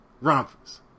rompers